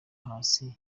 hasi